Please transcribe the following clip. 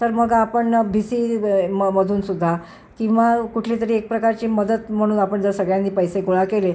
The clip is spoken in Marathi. तर मग आपण भिसी म मधूनसुद्धा किंवा कुठली तरी एक प्रकारची मदत म्हणून आपण जर सगळ्यांनी पैसे गोळा केले